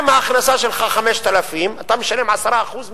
אם ההכנסה שלך 5,000 אתה משלם 10% מסים,